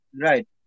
right